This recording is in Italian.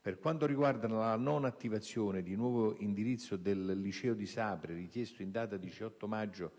Per quanto riguarda la non attivazione di nuovo indirizzo del liceo di Sapri, richiesto in data 18 maggio